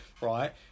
right